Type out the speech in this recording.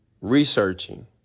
Researching